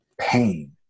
pain